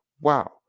Wow